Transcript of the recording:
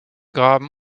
graben